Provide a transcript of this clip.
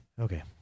Okay